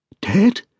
Dead